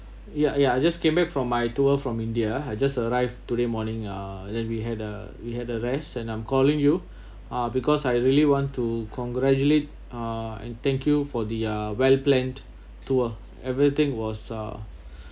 ya ya I just came back from my tour from india I just arrived today morning uh then we had a we had the rest and I'm calling you uh because I really want to congratulate uh and thank you for the uh well planned tour everything was uh